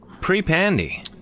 Pre-pandy